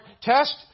test